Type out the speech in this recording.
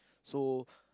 so